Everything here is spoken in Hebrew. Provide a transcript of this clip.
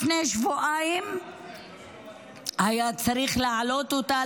לפני שבועיים היה צריך להעלות אותה